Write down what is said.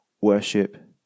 worship